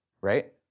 right